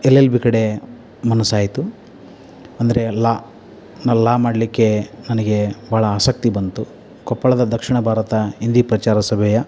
L L B ಕಡೆ ಮನಸ್ಸಾಯಿತು ಅಂದರೆ ಲಾ ನಾನು ಲಾ ಮಾಡಲಿಕ್ಕೆ ನನಗೆ ಭಾಳ ಆಸಕ್ತಿ ಬಂತು ಕೊಪ್ಪಳದ ದಕ್ಷಿಣ ಭಾರತ ಹಿಂದಿ ಪ್ರಚಾರ ಸಭೆಯ